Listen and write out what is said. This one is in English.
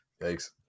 thanks